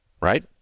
right